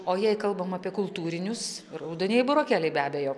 o jei kalbam apie kultūrinius raudonieji burokėliai be abejo